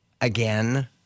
Again